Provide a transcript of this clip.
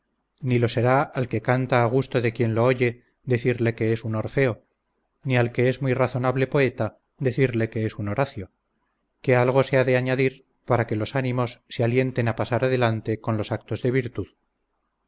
ni lo será al que canta a gusto de quien lo oye decirle que es un orfeo ni al que es muy razonable poeta decirle que es un horacio que algo se ha de añadir para que los ánimos se alienten a pasar adelante con los actos de virtud